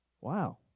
Wow